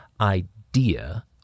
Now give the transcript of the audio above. idea